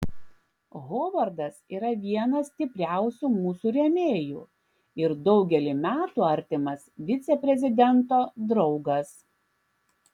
hovardas yra vienas stipriausių mūsų rėmėjų ir daugelį metų artimas viceprezidento draugas